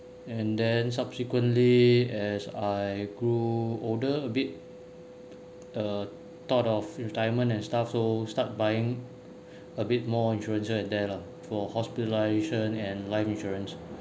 and then subsequently as I grew older a bit uh thought of retirement and stuff so start buying a bit more insurance here and there lah for hospitalisation and life insurance